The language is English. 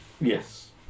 Yes